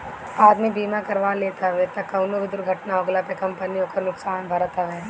आदमी बीमा करवा लेत हवे तअ कवनो भी दुर्घटना होखला पे कंपनी ओकर नुकसान भरत हवे